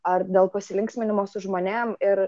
ar dėl pasilinksminimo su žmonėm ir